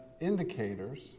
Indicators